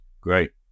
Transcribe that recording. Great